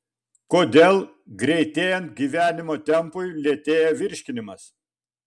kodėl greitėjant gyvenimo tempui lėtėja virškinimas